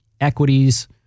equities